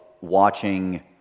watching